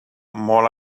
molt